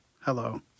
Hello